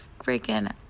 freaking